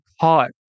caught